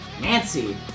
Nancy